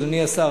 אדוני השר,